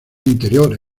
interior